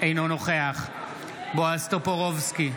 אינו נוכח בועז טופורובסקי,